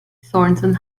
thornton